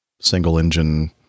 single-engine